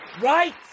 Right